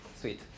sweet